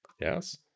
yes